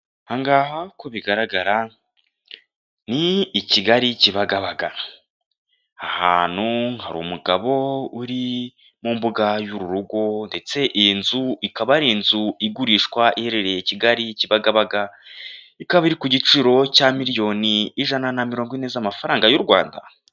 Aha ngaha uko bigaragara ni i Kigali, i Kibagabaga. Aha hantu hari umugabo uri mu mbuga y'uru rugo ndetse iyi nzu, ikaba ari inzu igurishwa iherereye i Kigali i Kibagabaga ikaba iri ku giciro cya miliyoni ijana na mirongo ine z'amafaranga y'u Rwanda.